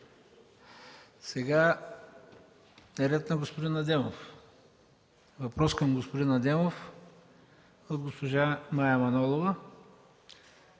Сега е ред на господин Адемов. Питане към господин Адемов от госпожа Мая Манолова